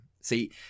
See